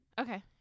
Okay